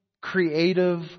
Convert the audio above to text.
creative